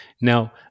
Now